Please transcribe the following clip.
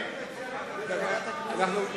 אדוני